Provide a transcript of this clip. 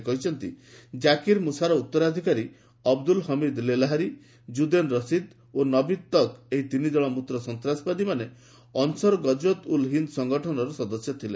ସେ କହିଛନ୍ତି ଜାକିର୍ ମୁସାର ଉତ୍ତରାଧିକାରୀ ଅବଦୁଲ୍ ହମିଦ୍ ଲେଲହାରୀ ଜୁନେଦ୍ ରସିଦ୍ ଏବଂ ନଭିଦ୍ ତକ୍ ଏହି ତିନି କଣ ମୂତ ସନ୍ତାସବାଦୀମାନେ ଅନସର ଗଜୱତ୍ ଉଲ୍ ହିନ୍ଦ୍ ସଂଗଠନର ସଦସ୍ୟ ଥିଲେ